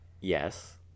Yes